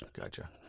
Gotcha